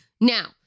Now